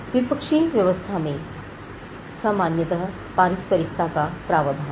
विपक्षी व्यवस्था में सामान्यतः पारस्परिकता का प्रावधान था